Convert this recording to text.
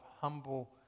humble